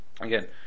again